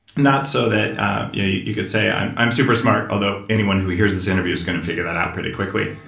not so that you could say, i'm i'm super smart, although anyone who hears this interview is gonna figure that out pretty quickly.